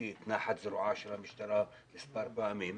את נחת זרועה של המשטרה מספר פעמים,